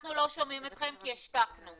אנחנו לא שומעים אתכם כי השתקנו,